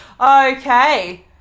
Okay